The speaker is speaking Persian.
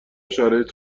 شرایط